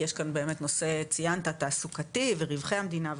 יש כאן באמת נושא ציינת תעסוקתי ורווחי המדינה וכו',